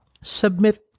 Submit